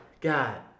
God